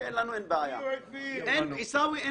עיסאווי,